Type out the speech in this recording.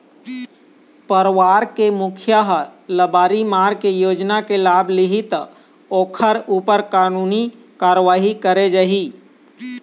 परवार के मुखिया ह लबारी मार के योजना के लाभ लिहि त ओखर ऊपर कानूनी कारवाही करे जाही